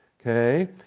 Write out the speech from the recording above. Okay